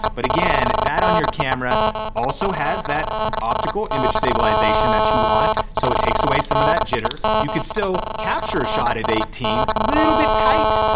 but again, that on your camera also has that optical image stabilization that you want so it takes away some of that jitter. you could still capture a shot at eighteen, little bit tight,